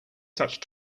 such